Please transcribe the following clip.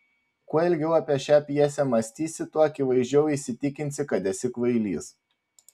kuo ilgiau apie šią pjesę mąstysi tuo akivaizdžiau įsitikinsi kad esi kvailys